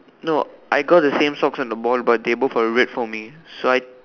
no I got the same socks and the ball but they both were red for me so I